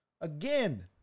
Again